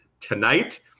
tonight